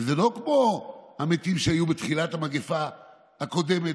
וזה לא כמו המתים שהיו בתחילת המגפה הקודמת,